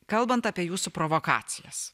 kalbant apie jūsų provokacijas